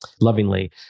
lovingly